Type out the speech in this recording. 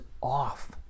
off